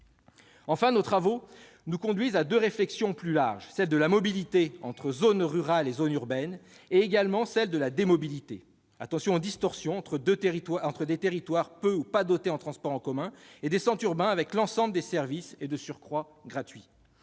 Enfin, nos travaux nous conduisent à deux réflexions plus larges : l'une sur la mobilité entre zone rurale et zone urbaine, l'autre sur la « démobilité ». Attention aux distorsions entre des territoires peu ou pas dotés en transports en commun et des centres urbains disposant de l'ensemble des services, qui sont de surcroît gratuits.